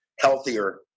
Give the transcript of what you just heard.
healthier